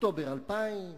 אוקטובר 2000,